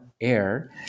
Air